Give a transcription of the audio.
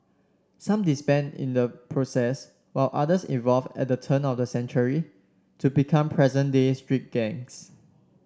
some disbanded in the process while others evolved at the turn of the century to become present day street gangs